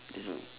is m~